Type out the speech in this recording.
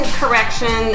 correction